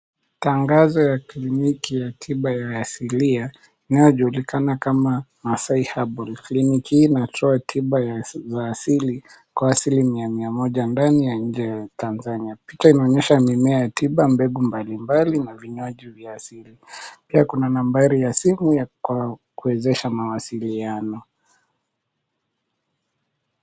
Tangazo ya kliniki ya tiba ya asilia inayojulikana kama Masai Herbal. Kliniki hii inatoa tiba ya za asili kwa 100% ndani ya nje ya Tanzania. Picha inaonyesha mimea ya tiba mbalimbali na vinywaji vya asili. Pia kuna nambari ya simu ya kwa kuwezesha mawasiliano.